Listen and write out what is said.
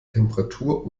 temperatur